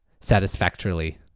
satisfactorily